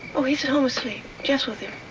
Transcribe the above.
oh, he's at home, asleep. jeff's with him.